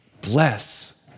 Bless